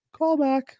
callback